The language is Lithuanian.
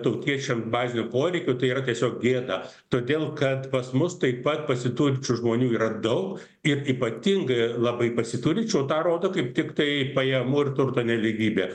tautiečiam bazinių poreikių tai yra tiesiog gėda todėl kad pas mus taip pat pasiturinčių žmonių yra daug ir ypatingai labai pasiturinčių tą rodo kaip tiktai pajamų ir turto nelygybė